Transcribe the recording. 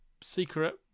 secret